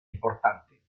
importante